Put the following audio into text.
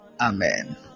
amen